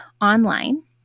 online